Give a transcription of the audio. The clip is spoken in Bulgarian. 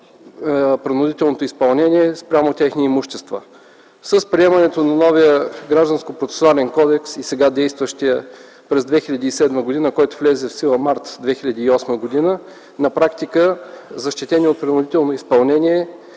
принудителното изпълнение спрямо техни имущества. С приемането на новия Гражданско-процесуален кодекс и сега действащият през 2007 г., който влезе в сила м. март 2008 г., на практика защитени от принудително изпълнение